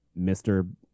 Mr